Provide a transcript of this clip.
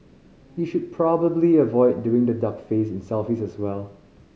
you should probably avoid doing the duck face in selfies as well